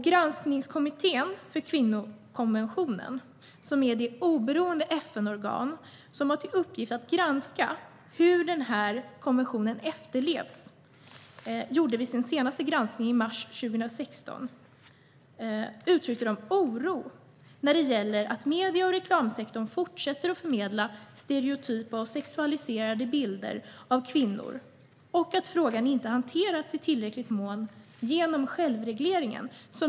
Granskningskommittén för kvinnokonventionen, som är det oberoende FN-organ som har till uppgift att granska hur konventionen efterlevs, uttryckte vid sin senaste granskning i mars 2016 oro när det gäller att medierna och reklamsektorn fortsätter att förmedla stereotypa och sexualiserade bilder av kvinnor. Den framförde även att frågan inte hanteras i tillräcklig mån genom självreglering.